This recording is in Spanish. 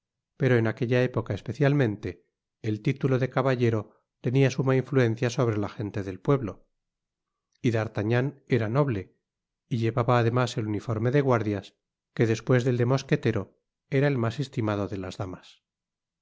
pero en aquella época especialmente el titulo de caballero tenia suma influencia sobre la gente del pueblo y d'artagnan era noble y llevaba además el uniforme de guardias que despues del de mosquetero era el mas estimado de las damas